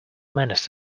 menace